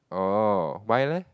oh why leh